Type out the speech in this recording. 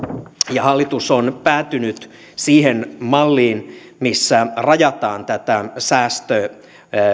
ja hallitus on päätynyt siihen malliin missä rajataan tätä